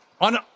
On